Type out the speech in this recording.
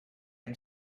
and